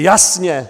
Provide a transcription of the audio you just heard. Jasně.